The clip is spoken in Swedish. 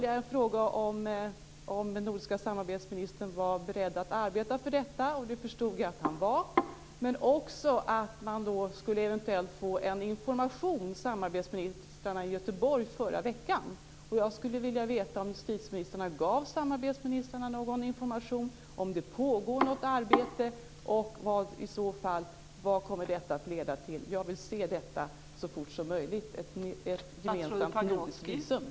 Jag frågade om den nordiska samarbetsministern var beredd att arbeta för detta. Jag förstod att han var det. Han sade också att samarbetsministrarna eventuellt skulle få en information i Göteborg förra veckan. Jag skulle vilja veta om justitieministrarna gav samarbetsministrarna någon information, om det pågår något arbete och vad detta i så fall kommer att leda till. Jag vill se ett gemensamt nordiskt visum så fort som möjligt.